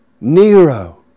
Nero